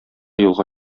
юлга